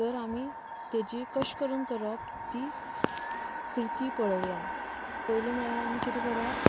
तर आमी ताजी कशें करून करप ती कृती पळोवया पयलीं म्हळ्यार आमी कितें करप